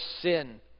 sin